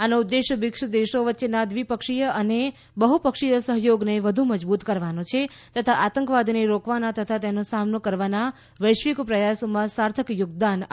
આનો ઉદેશ બ્રીકસ દેશો વચ્ચેના દ્વિપક્ષીય અને બહ્પક્ષીય સહયોગને વધુ મજબુત કરવાનો છે તથા આતંકવાદને રોકવાના તથા તેનો સામનો કરવાના વૈશ્વિક પ્રયાસોમાં સાર્થક યોગદાન આપવાનો છે